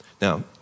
Now